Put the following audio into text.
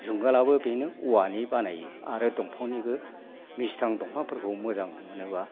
जुंगालाबो बेनो औवानि बानायो आरो दंफांनिबो निस्थां दंफांफोरखौ मोजां मोनोबा